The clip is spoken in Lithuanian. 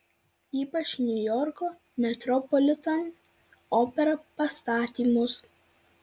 ypač niujorko metropolitan opera pastatymus